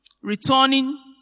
returning